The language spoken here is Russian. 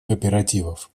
кооперативов